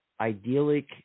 idyllic